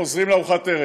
חוזרים לארוחת ערב,